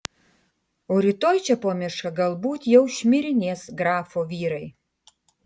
o rytoj čia po mišką galbūt jau šmirinės grafo vyrai